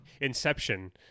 Inception